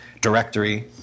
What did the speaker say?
directory